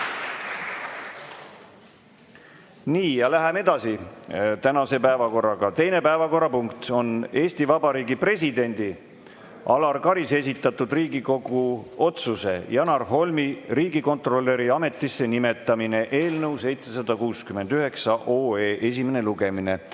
Nii, läheme edasi tänase päevakorraga. Teine päevakorrapunkt on Eesti Vabariigi presidendi Alar Karise esitatud Riigikogu otsuse "Janar Holmi riigikontrolöri ametisse nimetamine" eelnõu 769 esimene lugemine.